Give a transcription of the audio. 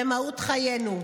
במהות חיינו.